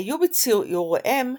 היו בציוריהם,